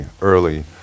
early